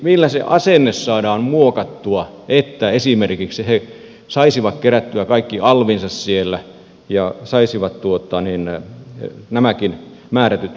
millä se asenne saadaan muokattua että he esimerkiksi saisivat kerättyä kaikki alvinsa siellä ja saisivat nämäkin määrätyt verot kerättyä